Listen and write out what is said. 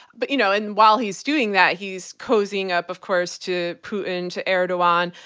but you know, and while he's doing that, he's cozying up, of course, to putin, to erdogan,